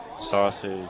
sausage